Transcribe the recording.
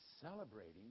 celebrating